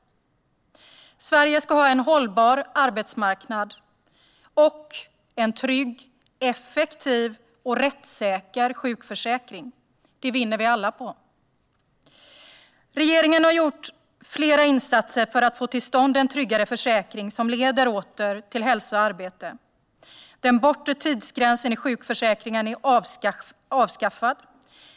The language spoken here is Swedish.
Sverige ska ha en hållbar arbetsmarknad och en trygg, effektiv och rättssäker sjukförsäkring. Det vinner vi alla på. Regeringen har gjort flera insatser för att få till stånd en tryggare försäkring som leder åter till hälsa och arbete. Den bortre tidsgränsen i sjukförsäkringen är avskaffad.